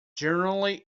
generally